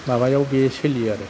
माबायाव बे सोलियो आरो